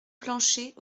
planchet